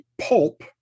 pulp